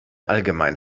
allgemein